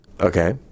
Okay